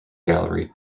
gallery